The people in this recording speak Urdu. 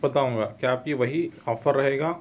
بتاؤں گا کیا آپ یہ وہی آفر رہے گا